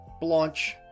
Blanche